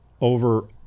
over